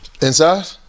Inside